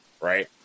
right